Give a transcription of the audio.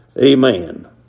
amen